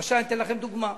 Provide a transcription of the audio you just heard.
למשל, אני אתן לכם דוגמה.